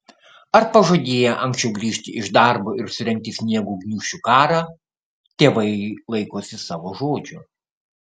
ar pažadėję anksčiau grįžti iš darbo ir surengti sniego gniūžčių karą tėvai laikosi savo žodžio